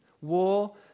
war